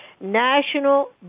National